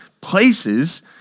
places